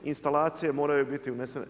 Instalacije moraju biti unesene.